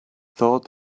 thought